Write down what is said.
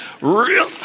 Real